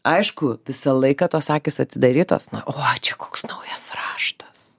aišku visą laiką tos akys atidarytos o čia koks naujas raštas